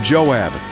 Joab